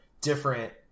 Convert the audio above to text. different